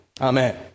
Amen